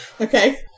Okay